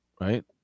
right